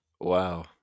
Wow